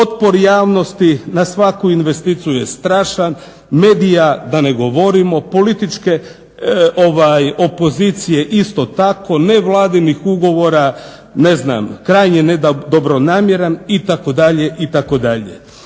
Otpor javnosti na svaku investiciju je strašan, medija da ne govorimo, političke opozicije isto tako, nevladinih ugovora ne znam krajnje nedobronamjeran itd.,